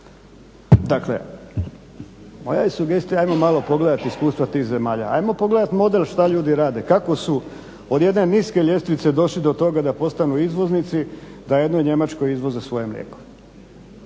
Dakle moja je sugestija ajmo malo pogledat iskustva tih zemalja, ajmo pogledat model šta ljudi rade, kako su od jedne niske ljestvice došli do toga da postanu izvoznici, da jednoj Njemačkoj izvoze svoje mlijeko.